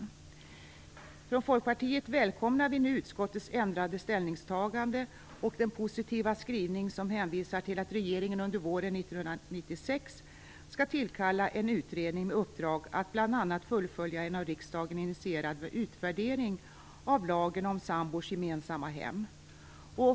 Vi från Folkpartiet välkomnar nu utskottets ändrade ställningstagande och positiva skrivning som hänvisar till att regeringen under våren 1996 skall tillkalla en utredning med uppdrag att bl.a. fullfölja en av riksdagen initierad utvärdering av lagen om sambors gemensamma hem.